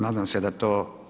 Nadam se da to.